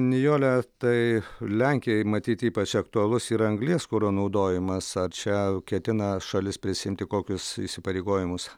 nijole tai lenkijai matyt ypač aktualus yra anglies kuro naudojimas ar čia ketina šalis prisiimti kokius įsipareigojimus